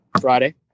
Friday